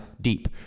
deep